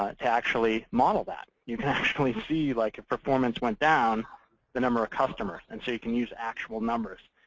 ah to actually model that. you can actually see like if performance went down the number of customers. and so you can use actual numbers.